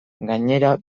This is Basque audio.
gainera